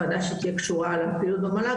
וועדה שתהיה קשורה לפעילות במל"ג,